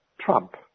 Trump